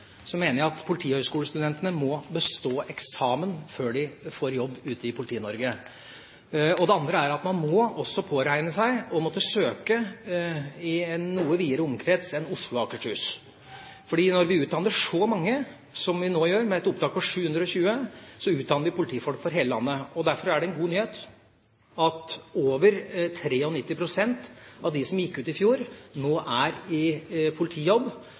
mener jeg at politihøgskolestudentene må bestå eksamen før de får jobb ute i Politi-Norge. Det andre er at man må også påregne å måtte søke i en noe videre omkrets enn Oslo og Akershus, for når vi utdanner så mange som vi nå gjør, med et opptak på 720, utdanner vi politifolk for hele landet. Derfor er det en god nyhet at over 93 pst. av dem som gikk ut i fjor, nå er i politijobb.